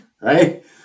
right